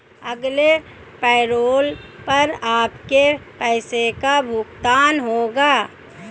अगले पैरोल पर आपके पैसे का भुगतान होगा